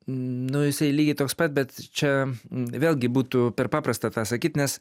nu jisai lygiai toks pat bet čia vėlgi būtų per paprasta tą sakyt nes